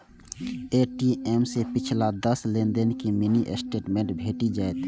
ATM सं पिछला दस लेनदेन के मिनी स्टेटमेंट भेटि जायत